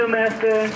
Master